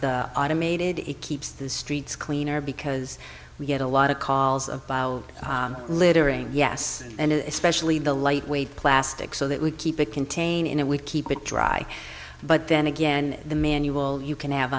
of automated it keeps the streets cleaner because we get a lot of calls about littering yes and especially the lightweight plastic so that we keep it contained in it we keep it dry but then again the manual you can have